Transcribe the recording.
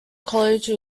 college